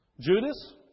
Judas